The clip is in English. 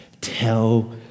Tell